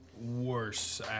worse